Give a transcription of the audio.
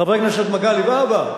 אני חושבת, חבר הכנסת מגלי והבה,